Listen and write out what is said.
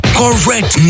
correct